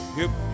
hip